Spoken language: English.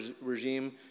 regime